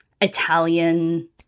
Italian